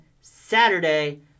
Saturday